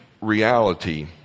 reality